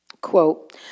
quote